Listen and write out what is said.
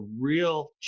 real